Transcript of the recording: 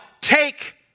take